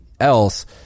else